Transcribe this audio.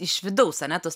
iš vidaus ane tos